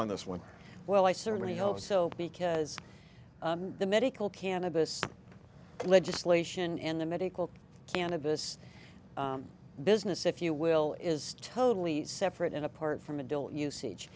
on this one well i certainly hope so because the medical cannabis legislation and the medical cannabis business if you will is totally separate and apart from a dual us